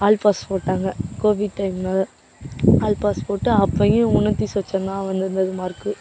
all pass போட்டாங்க Covid டைம்னால all pass போட்டு அப்பயும் முன்னூற்றி சொச்சம் தான் வந்து இருந்தது மார்க்கு